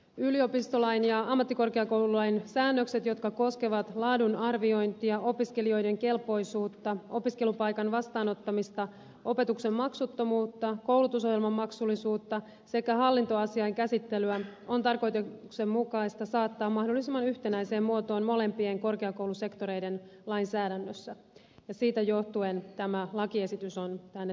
yliopistolain ja ammattikorkeakoululain säännökset jotka koskevat laadunarviointia opiskelijoiden kelpoisuutta opiskelupaikan vastaanottamista opetuksen maksuttomuutta koulutusohjelman maksullisuutta sekä hallintoasiain käsittelyä on tarkoituksenmukaista saattaa mahdollisimman yhtenäiseen muotoon molempien korkeakoulusektoreiden lainsäädännössä ja siitä johtuen tämä lakiesitys on tänne tuotu